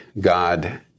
God